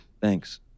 Thanks